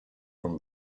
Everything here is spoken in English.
from